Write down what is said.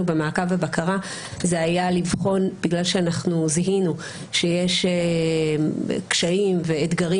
במעקב ובקרה זה היה לבחון בגלל שאנחנו זיהינו שיש קשיים ואתגרים